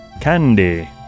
candy